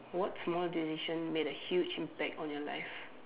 what small decision made a huge impact on your life